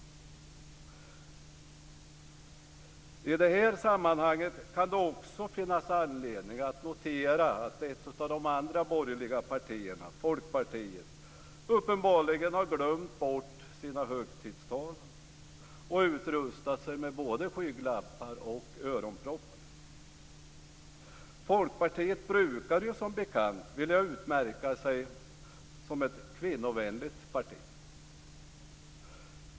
I detta sammanhang kan det också finnas anledning att notera att ett av de andra borgerliga partierna - Folkpartiet - uppenbarligen har glömt bort sina högtidstal och utrustat sig med både skygglappar och öronproppar. Folkpartiet brukar som bekant vilja utmärka sig som ett kvinnovänligt parti.